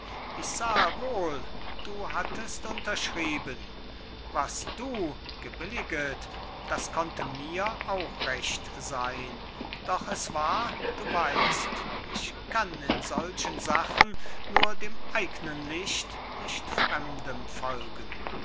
ich sahe wohl du hattest unterschrieben was du gebilliget das konnte mir auch recht sein doch es war du weißt ich kann in solchen sachen nur dem eignen licht nicht fremdem folgen